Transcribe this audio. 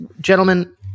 gentlemen